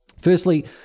Firstly